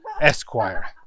Esquire